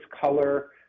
color